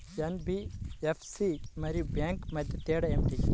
NBFC మరియు bank మధ్య తేడా ఏమిటీ?